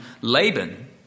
Laban